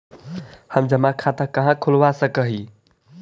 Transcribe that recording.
हम जमा खाता कहाँ खुलवा सक ही?